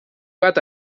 bat